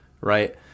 right